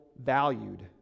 valued